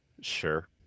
Sure